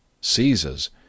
Caesar's